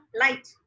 light